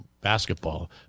basketball